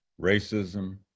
racism